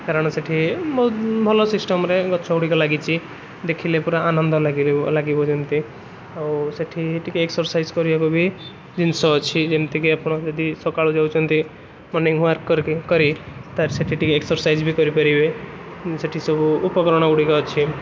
କାରଣ ସେଇଠି ବହୁତ ଭଲ ସିଷ୍ଟମରେ ଗଛଗୁଡ଼ିକ ଲାଗିଛି ଦେଖିଲେ ପୁରା ଆନନ୍ଦ ଲାଗି ଲାଗିବ ଯେମିତି ଆଉ ସେଇଠି ଟିକିଏ ଏକ୍ସରସାଇଜ କରିହବ ବି ଜିନିଷ ଅଛି ଯେମିତିକି ଆପଣ ଯଦି ସକାଳୁ ଯାଉଛନ୍ତି ମନିଙ୍ଗୱାର୍କ କରକେ କରି ତାର ସେଇଠି ଟିକେ ଏକ୍ସରସାଇଜ ବି କରିପାରିବେ ଉଁ ସେଠି ସବୁ ଉପକରଣ ଗୁଡ଼ିକ ଅଛି